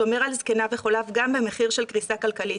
שומר על שקניו וחוליו גם במחיר של קריסה כלכלית.